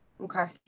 Okay